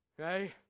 Okay